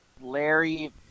Larry